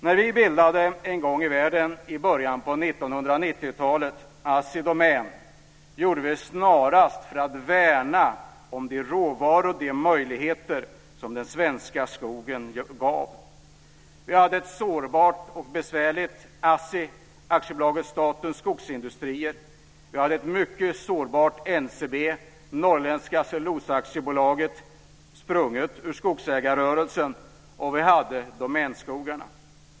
När vi en gång i världen i början på 1990-talet bildade Assi Domän gjorde vi det snarast för att värna om de råvaror och de möjligheter som den svenska skogen gav. Vi hade ett sårbart och besvärligt Assi, Aktiebolaget statens skogsindustrier, vi hade ett mycket sårbart NCB, Norrländska cellulosaaktiebolaget, sprunget ur skogsägarrörelsen, och vi hade domänskogarna.